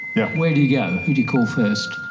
yeah where do you go? who do you call first?